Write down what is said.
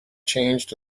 changed